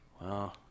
Wow